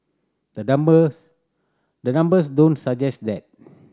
the numbers the numbers don't suggest that